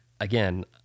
again